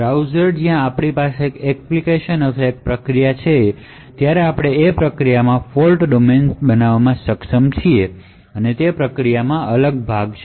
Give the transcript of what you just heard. browser જ્યાં આપણી પાસે એક એપ્લિકેશન અથવા એક પ્રોસેસ છે અને આપણે તે પ્રોસેસમાં ફોલ્ટ ડોમેન બનાવવામાં સક્ષમ છીએ જે તે પ્રોસેસમાં કનફિનમેંટ ભાગ છે